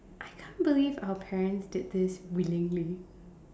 I can't believe our parents did this willingly